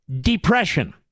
depression